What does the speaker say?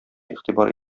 игътибар